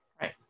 Right